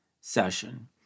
session